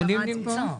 אמונים נמצא.